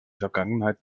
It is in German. vergangenheit